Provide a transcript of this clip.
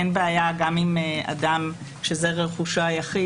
אין בעיה גם עם אדם שזה רכושו היחיד.